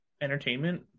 entertainment